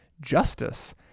justice